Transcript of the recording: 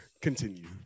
Continue